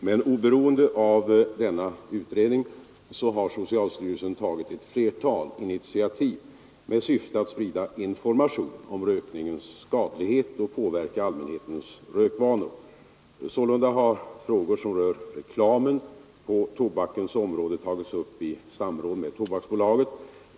Men oberoende av denna utredning har socialstyrelsen tagit ett flertal initiativ med syfte att sprida information om rökningens skadlighet och påverka allmänhetens rökvanor. Sålunda har frågor som rör reklamen på tobakens område tagits upp i samråd med Svenska tobaksaktiebolaget.